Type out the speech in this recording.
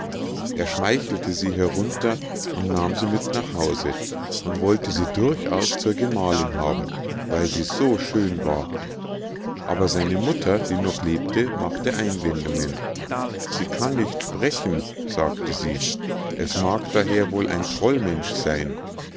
er schmeichelte sie herunter und nahm sie mit nach hause und wollte sie durchaus zur gemahlinn haben weil sie so schön war aber seine mutter die noch lebte machte einwendungen sie kann nicht sprechen sagte sie es mag daher wohl ein trollmensch sein